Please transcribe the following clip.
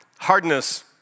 Hardness